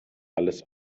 alles